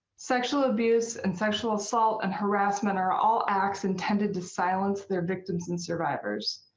sexual abuse and sexual assault and harassment are all acts intended to silence their victims and survivors.